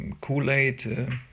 kool-aid